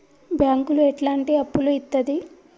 బ్యాంకులు ఎట్లాంటి అప్పులు ఇత్తది?